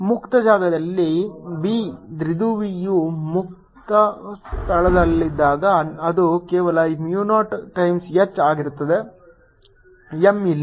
ಮುಕ್ತ ಜಾಗದಲ್ಲಿ B ದ್ವಿಧ್ರುವಿಯು ಮುಕ್ತ ಸ್ಥಳದಲ್ಲಿದ್ದಾಗ ಅದು ಕೇವಲ mu ನಾಟ್ ಟೈಮ್ಸ್ H ಆಗಿರುತ್ತದೆ m ಇಲ್ಲ